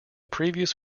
previous